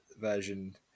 version